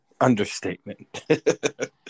Understatement